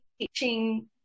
teaching